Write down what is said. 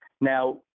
Now